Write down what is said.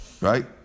right